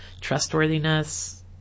trustworthiness